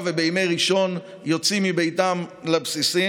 ובכלל זאת החוק עצמו.